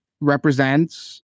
represents